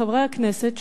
חברי הכנסת,